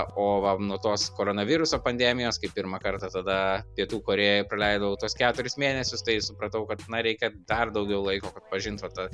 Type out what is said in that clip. o va nuo tos koronaviruso pandemijos kai pirmą kartą tada pietų korėjoj praleidau tuos keturis mėnesius tai supratau kad na reikia dar daugiau laiko kad pažint va tą